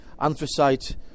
anthracite